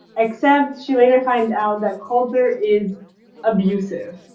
except she later finds out that coulter is abusive.